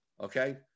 okay